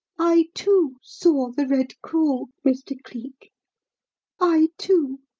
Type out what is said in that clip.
i, too, saw the red crawl mr. cleek i, too!